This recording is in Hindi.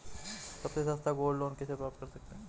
सबसे सस्ता गोल्ड लोंन कैसे प्राप्त कर सकते हैं?